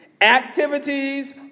activities